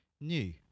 new